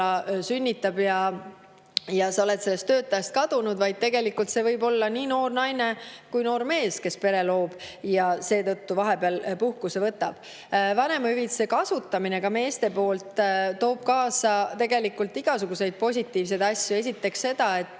sünnitab ja siis ollakse töötajast [ilma] –, vaid tegelikult see võib olla nii noor naine kui ka noor mees, kes pere loob ja seetõttu vahepeal puhkuse võtab. Vanemahüvitise kasutamine ka meeste poolt toob kaasa igasuguseid positiivseid asju. Esiteks seda, et